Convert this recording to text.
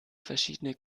verschiedene